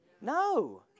No